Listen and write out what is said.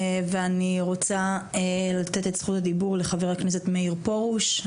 אני רוצה לתת את זכות הדיבור לחבר הכנסת מאיר פרוש.